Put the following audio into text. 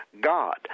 god